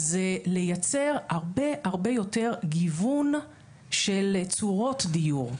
זה לייצר הרבה הרבה יותר גיוון של צורות דיור.